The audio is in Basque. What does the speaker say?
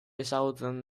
ezagutzen